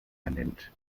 ernennt